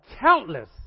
countless